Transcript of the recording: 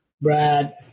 Brad